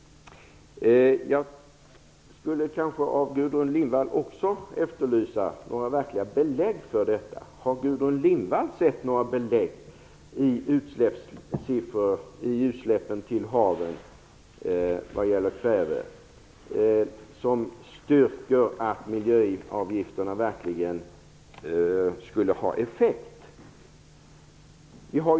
Jag skulle kanske av Gudrun Lindvall efterlysa några verkliga belägg för det hon säger. Har Gudrun Lindvall sett några belägg - några siffror - som styrker att miljöavgifterna verkligen skulle ha effekt vad gäller kväveutsläpp i haven?